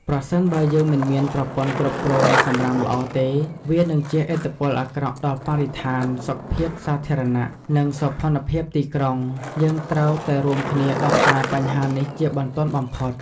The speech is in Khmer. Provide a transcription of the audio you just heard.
ប្រសិនបើយើងមិនមានប្រព័ន្ធគ្រប់គ្រងសំរាមល្អទេ វានឹងជះឥទ្ធិពលអាក្រក់ដល់បរិស្ថាន សុខភាពសាធារណៈ និងសោភ័ណភាពទីក្រុងយើងត្រូវតែរួមគ្នាដោះស្រាយបញ្ហានេះជាបន្ទាន់បំផុត។